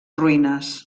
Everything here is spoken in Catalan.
ruïnes